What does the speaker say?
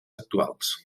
actuals